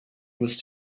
was